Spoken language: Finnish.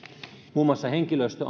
muun muassa henkilöstö